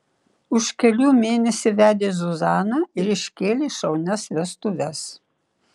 už kelių mėnesių vedė zuzaną ir iškėlė šaunias vestuves